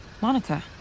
Monica